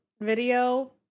video